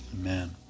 Amen